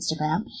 Instagram